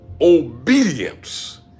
obedience